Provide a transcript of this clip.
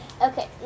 Okay